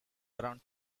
around